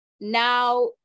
now